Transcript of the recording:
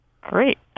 great